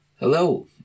Hello